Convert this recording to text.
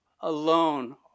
alone